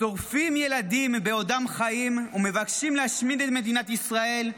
שורפים ילדים בעודם חיים ומבקשים להשמיד את מדינת ישראל,